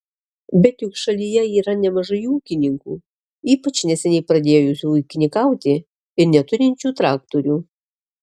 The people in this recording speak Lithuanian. bet juk šalyje yra nemažai ūkininkų ypač neseniai pradėjusių ūkininkauti ir neturinčių traktorių